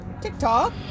TikTok